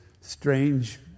strange